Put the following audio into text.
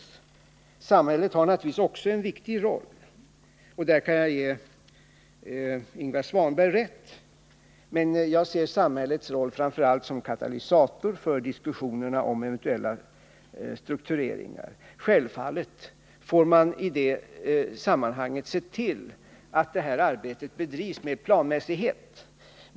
Också samhället har naturligtvis en viktig roll — jag kan ge Ingvar Svanberg rätt på den punkten — men jag ser samhällets roll framför allt som katalysator för diskussionerna om eventuella struktureringar. Självfallet får man i det sammanhanget se till att arbetet bedrivs med planmässighet.